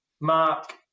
Mark